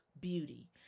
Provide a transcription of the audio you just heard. beauty